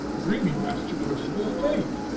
bring me master percival's plate,